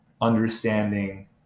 understanding –